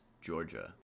Georgia